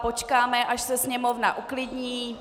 Počkáme, až se sněmovna uklidní.